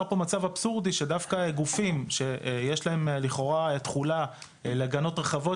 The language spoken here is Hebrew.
כשיש לנו מנגנונים,